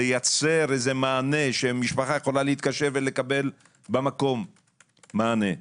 לייצר מענה שמשפחה יכולה להתקשר ולקבל במקום מענה.